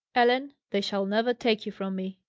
ellen! they shall never take you from me!